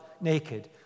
naked